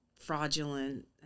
fraudulent